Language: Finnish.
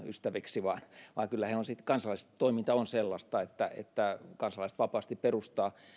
ystäviksi vaan vaan kyllä kansalaistoiminta on sellaista että että kansalaiset vapaasti perustavat